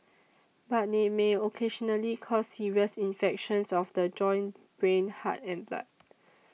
but they may occasionally cause serious infections of the joints brain heart and blood